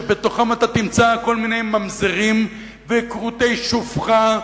שבתוכן אתה תמצא כל מיני ממזרים וכרותי שופכה,